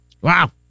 Wow